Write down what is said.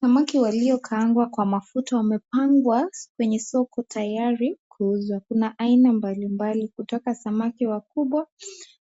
Samaki waliokaangwa kwa mafuta wamepagwa kwenye soko tayari kuuzwa. Kuna aina mbali mbali kutoka samaki wakubwa